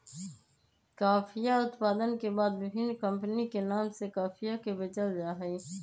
कॉफीया उत्पादन के बाद विभिन्न कमपनी के नाम से कॉफीया के बेचल जाहई